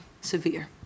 severe